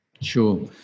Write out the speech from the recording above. Sure